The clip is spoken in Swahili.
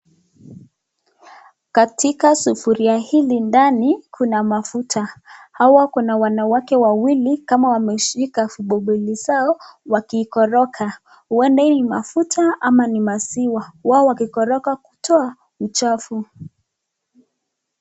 Katika sufuria hili ndani, kuna mafuta, hawa kuna wanawake wawili kama wameshika fimbo mbili zao wakikoroga huenda hii ni mafuta au maziwa wao wakikoroga kutoa uchafu.